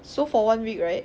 so for one week right